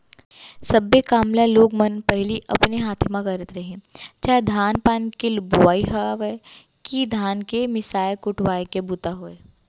सब्बे काम ल लोग मन न पहिली अपने हाथे म करत रहिन चाह धान पान के बोवई होवय कि धान के मिसाय कुटवाय के बूता होय